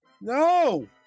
No